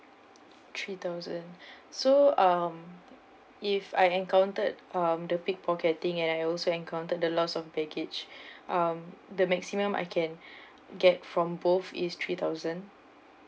three thousand so uh if I encountered uh the pickpocketing and I also encountered the loss of baggage um the maximum I can get from both is three thousand